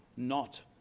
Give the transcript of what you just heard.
not